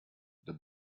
the